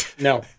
No